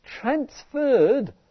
transferred